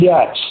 Yes